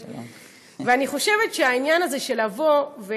אני חושבת שהעניין הזה של לבוא,